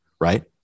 right